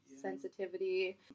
sensitivity